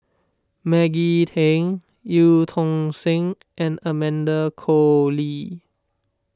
Maggie Teng Eu Tong Sen and Amanda Koe Lee